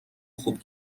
خوب